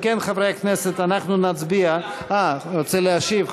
אם כן, חברי הכנסת, אנחנו נצביע, אה, רוצה להשיב.